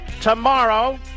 tomorrow